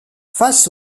face